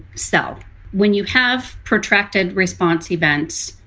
so when you have protracted response events,